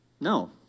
No